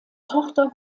tochter